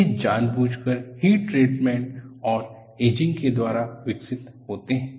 वे जानबूझकर heat treatment और ageing के द्वारा विकसित होते हैं